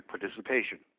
participation